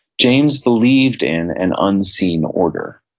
james believed in an unseen order,